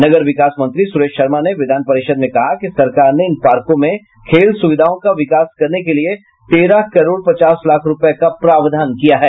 नगर विकास मंत्री सुरेश शर्मा ने विधान परिषद में कहा कि सरकार ने इन पार्को में खेल सुविधाओं का विकास करने के लिए तेरह करोड़ पचास लाख रूपये का प्रावधान किया है